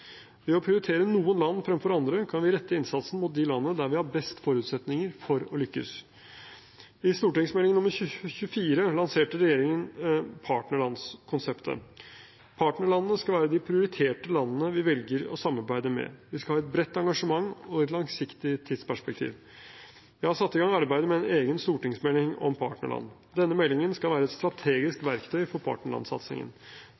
Ved å prioritere noen land fremfor andre kan vi rette innsatsen mot de landene der vi har best forutsetninger for å lykkes. I Meld. St. 24 for 2016–2017 lanserte regjeringen partnerlandskonseptet. Partnerlandene skal være de prioriterte landene vi velger å samarbeide med. Vi skal ha et bredt engasjement og et langsiktig tidsperspektiv. Jeg har satt i gang arbeidet med en egen stortingsmelding om partnerland. Denne meldingen skal være et